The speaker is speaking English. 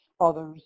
others